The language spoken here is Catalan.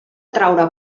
traure